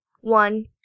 one